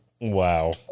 wow